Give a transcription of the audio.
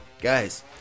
guys